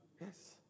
Yes